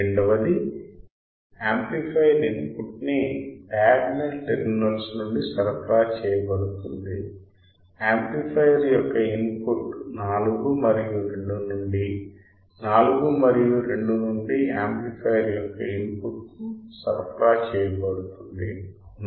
రెండవది amplifier input ని diagonal terminals నుండి సరఫరా చేయబడుతుంది యాంప్లిఫైయర్ యొక్క ఇన్ పుట్ 4 మరియు 2 నుండి 4 మరియు 2 నుండి యాంప్లిఫయర్ యొక్క ఇన్ పుట్ కు సరఫరా చేయబడుతుంది అవునా